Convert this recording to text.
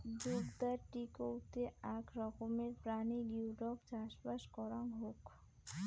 জুগদার টিকৌতে আক রকমের প্রাণী গিওডক চাষবাস করাং হউক